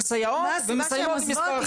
סייעות ומסיימים עם מספר אחר של סייעות.